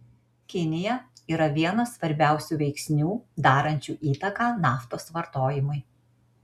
kinija yra vienas svarbiausių veiksnių darančių įtaką naftos vartojimui